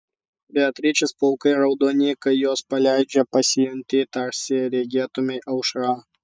beatričės plaukai raudoni kai juos paleidžia pasijunti tarsi regėtumei aušrą